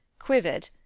quivered,